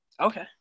Okay